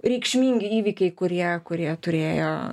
reikšmingi įvykiai kurie kurie turėjo